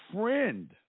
friend